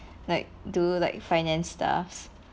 like do like finance stuffs